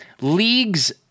League's